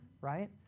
right